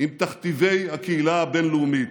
עם תכתיבי הקהילה הבין-לאומית.